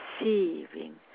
receiving